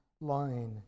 line